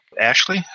Ashley